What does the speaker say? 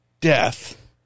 death